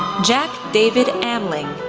jack david amling,